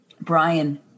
brian